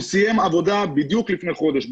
הוא סיים עבודה בדיוק לפני חודש.